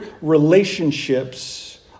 relationships